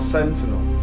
Sentinel